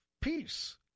peace